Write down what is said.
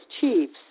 chiefs